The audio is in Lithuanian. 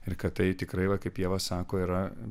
ir kad tai tikrai va kaip ieva sako yra